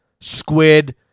squid